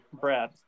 Brad